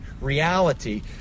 reality